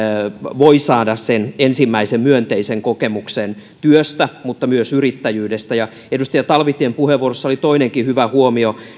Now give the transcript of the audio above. voi saada sen ensimmäisen myönteisen kokemuksen työstä mutta myös yrittäjyydestä edustaja talvitien puheenvuorossa oli toinenkin hyvä huomio